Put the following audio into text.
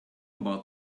about